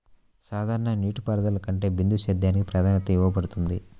సాధారణ నీటిపారుదల కంటే బిందు సేద్యానికి ప్రాధాన్యత ఇవ్వబడుతుంది